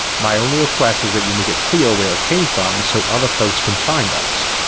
my only request is that you make it clear where it came from so other folks can find us.